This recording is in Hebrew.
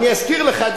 אני אזכיר לך,